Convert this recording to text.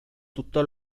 tutta